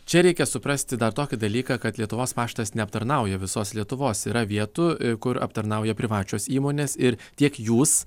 čia reikia suprasti dar tokį dalyką kad lietuvos paštas neaptarnauja visos lietuvos yra vietų kur aptarnauja privačios įmonės ir tiek jūs